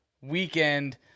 weekend